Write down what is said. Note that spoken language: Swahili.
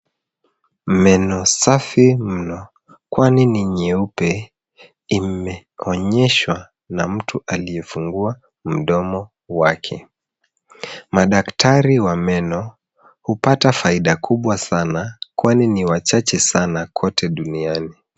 Meno safi mno kwani ni nyeupe, imeonyeshwa na mtu aliyefungua mdomo wake. Madaktari wa meno hupata faida kubwa sana kwani ni wachache sana kote duniani.